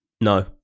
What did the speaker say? no